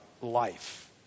life